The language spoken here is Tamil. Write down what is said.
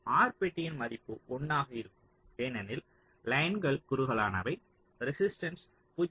R பெட்டியின் மதிப்பு 1 ஆக இருக்கும் ஏனெனில் லைன்கள் குறுகலானவை ரெசிஸ்டன்ஸ் 0